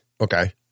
Okay